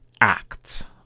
act